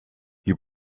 you